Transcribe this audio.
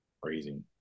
Crazy